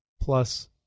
plus